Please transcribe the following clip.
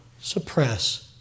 suppress